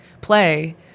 Play